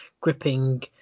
gripping